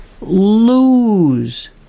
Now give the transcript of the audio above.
lose